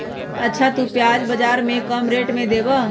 अच्छा तु प्याज बाजार से कम रेट में देबअ?